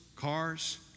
cars